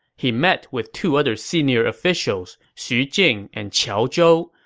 he met with two other senior officials, xu jing and qiao zhou,